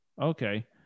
Okay